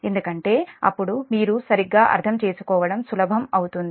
ఎందుకంటే అప్పుడు మీరు సరిగ్గా అర్థం చేసుకోవడం సులభం అవుతుంది